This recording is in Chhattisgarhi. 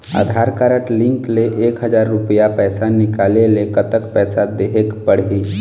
आधार कारड लिंक ले एक हजार रुपया पैसा निकाले ले कतक पैसा देहेक पड़ही?